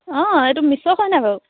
অঁ এইটো মিশো হয়নে বাৰু